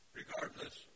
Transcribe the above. regardless